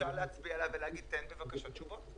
-- צריך מתכלל שאפשר יהיה להצביע הלאה ולהגיד: תן בבקשה תשובות.